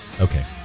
Okay